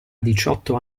diciotto